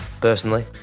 Personally